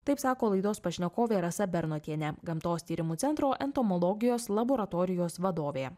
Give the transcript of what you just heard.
taip sako laidos pašnekovė rasa bernotienė gamtos tyrimų centro entomologijos laboratorijos vadovė